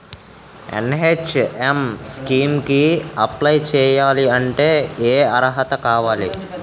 NHM scheme కి apply చేయాలి అంటే ఏ అర్హత కావాలి?